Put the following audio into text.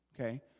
Okay